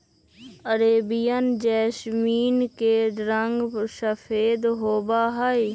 Arabian jasmine के रंग सफेद होबा हई